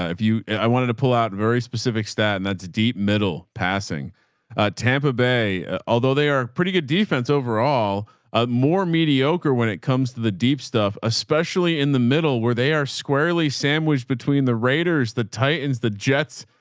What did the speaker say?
ah if you, i wanted to pull out very specific stat and that's deep middle passing tampa bay, although they are pretty good defense overall ah more mediocre when it comes to the deep stuff, especially in the middle where they are squarely sandwiched between the raiders, the titans, the jets,